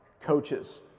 coaches